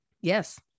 Yes